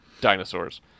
Dinosaurs